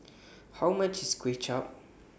How much IS Kuay Chap